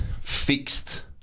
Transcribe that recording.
fixed